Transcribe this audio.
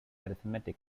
arithmetic